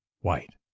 white